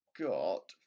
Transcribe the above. got